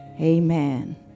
Amen